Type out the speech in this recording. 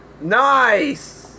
Nice